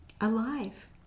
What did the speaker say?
Alive